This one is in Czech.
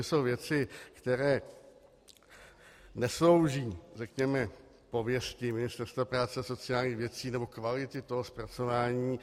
To jsou věci, které neslouží, řekněme, pověsti Ministerstva práce a sociálních věcí nebo kvality toho zpracování.